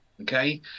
Okay